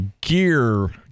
gear